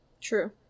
True